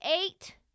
eight